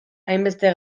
hainbeste